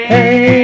Hey